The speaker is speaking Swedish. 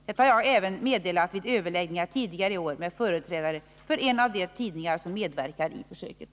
Detta har jag även medelat vid överläggningar tidigare i år med företrädare för en av de tidningar som medverkar i försöket.